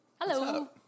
Hello